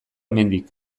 hemendik